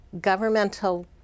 governmental